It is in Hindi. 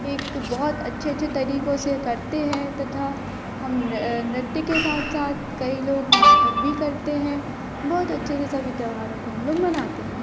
एक बहुत अच्छे अच्छे तरीकों से करते हैं तथा हम नृत्य के साथ साथ कई लोग नाटक भी करते हैं बहुत अच्छे से सभी त्योहारों को मानते हैं